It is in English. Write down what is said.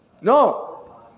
No